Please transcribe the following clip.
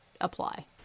apply